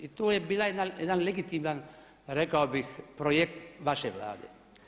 I to je bio jedan legitiman rekao bih projekt vaše Vlade.